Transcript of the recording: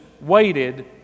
waited